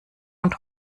und